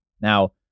Now